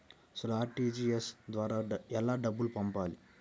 అసలు అర్.టీ.జీ.ఎస్ ద్వారా ఎలా డబ్బులు పంపాలి?